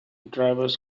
drivers